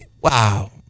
wow